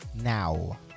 Now